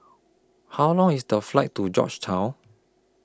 How Long IS The Flight to Georgetown